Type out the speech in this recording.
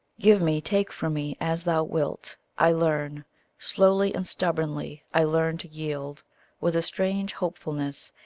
give me, take from me, as thou wilt. i learn slowly and stubbornly i learn to yield with a strange hopefulness.